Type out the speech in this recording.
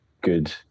good